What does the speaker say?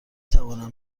توانم